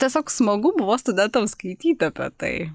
tiesiog smagu buvo studentams skaityti apie tai